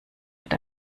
mit